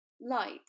light